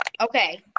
okay